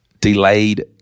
delayed